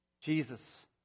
Jesus